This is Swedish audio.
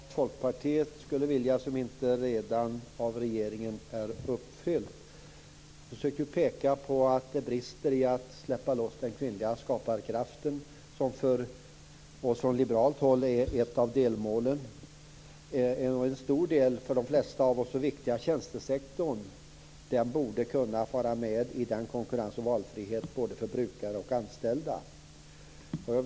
Herr talman! Martin Nilsson efterlyser vad Folkpartiet skulle vilja som inte redan är uppfyllt av regeringen. Jag försökte peka på att det brister i att släppa loss den kvinnliga skaparkraften, något som från liberalt håll är ett av delmålen. En stor del av den för de flesta av oss så viktiga tjänstesektorn borde kunna vara med i konkurrens och valfrihet för både brukare och anställda.